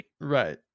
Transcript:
Right